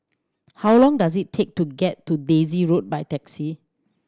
how long does it take to get to Daisy Road by taxi